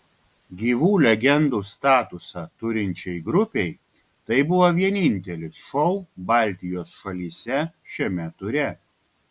gyvų legendų statusą turinčiai grupei tai buvo vienintelis šou baltijos šalyse šiame ture